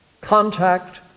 contact